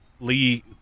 Lee